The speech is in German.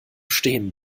stehen